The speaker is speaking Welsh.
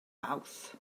mawrth